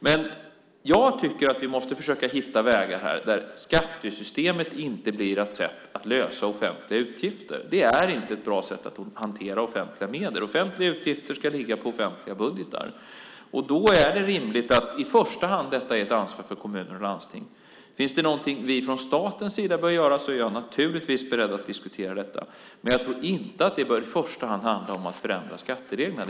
Men jag tycker att vi måste försöka hitta vägar där skattesystemet inte blir ett sätt att lösa problemet med offentliga utgifter. Det är inte ett bra sätt att hantera offentliga medel. Offentliga utgifter ska ligga på offentliga budgetar. Då är det rimligt att detta i första hand är ett ansvar för kommuner och landsting. Finns det någonting vi från statens sida bör göra är jag naturligtvis beredd att diskutera detta. Men jag tror inte att det i första hand bör handla om att förändra skattereglerna.